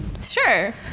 sure